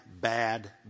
bad